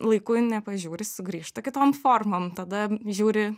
laiku nepažiūri sugrįžta kitom formom tada žiūri